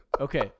Okay